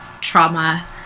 trauma